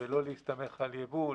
ולא להסתמך על יבוא.